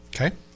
Okay